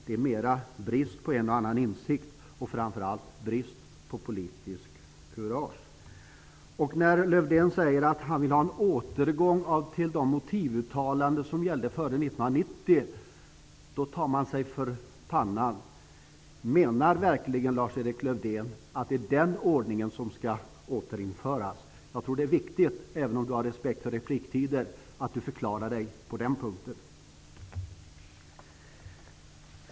Det är mer brist på en och annan insikt och framför allt brist på politiskt kurage. När Lars-Erik Lövdén säger att han vill ha en återgång till de motivuttalanden som gällde före 1990 tar man sig för pannan. Menar verkligen Lars Erik Lövdén att det är den ordningen som skall återinföras? Jag tror att det är viktigt att Lars-Erik Lövdén, även om han har respekt för repliktiden, förklarar sig på den punkten.